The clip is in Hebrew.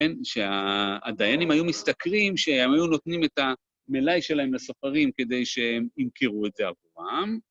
כן, שהדיינים היו משתכרים, שהם היו נותנים את המלאי שלהם לספרים כדי שהם ימכרו את זה עבורם.